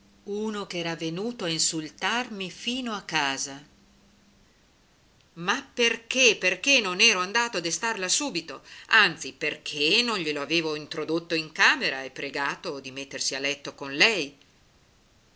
uno che era venuto a insultarmi fino a casa ma perché perché non ero andata a destarla subito anzi perché non glielo avevo introdotto in camera e pregato di mettersi a letto con lei